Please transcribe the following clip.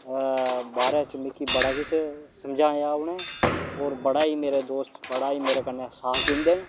बारे च मिकी बड़ा किश समझाया उ'नें होर बड़ा ही मेरे दोस्त बड़ा ही मेरे कन्नै साथ दिन्दे न